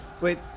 Wait